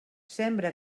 sembra